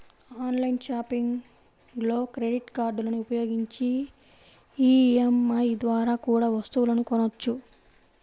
online షాపింగ్లో credit కార్డులని ఉపయోగించి ఈ.ఎం.ఐ ద్వారా కూడా వస్తువులను కొనొచ్చు